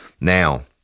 Now